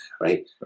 right